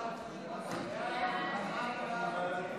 חוק רשות